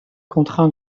contraint